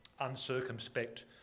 uncircumspect